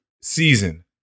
season